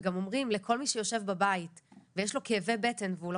וגם אומרים לכל מי שיושב בבית ויש לו כאבי בטן והוא לא